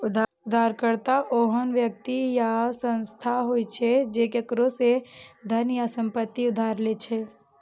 उधारकर्ता ओहन व्यक्ति या संस्था होइ छै, जे केकरो सं धन या संपत्ति उधार लै छै